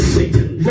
Satan